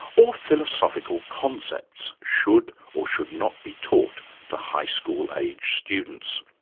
or philosophical concepts should, or should not, be taught to high-school-aged students.